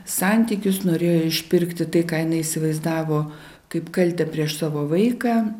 santykius norėjo išpirkti tai ką jinai įsivaizdavo kaip kaltę prieš savo vaiką